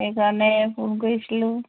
সেইকাৰণে ফোন কৰিছিলোঁ